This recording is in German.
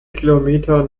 kilometer